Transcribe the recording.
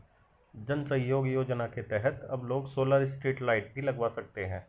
जन सहयोग योजना के तहत अब लोग सोलर स्ट्रीट लाइट भी लगवा सकते हैं